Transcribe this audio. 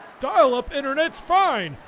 dial up internet's fine!